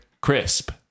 Crisp